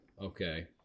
Okay